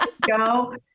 go